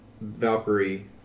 Valkyrie